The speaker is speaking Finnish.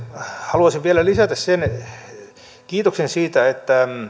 haluaisin vielä lisätä kiitoksen siitä että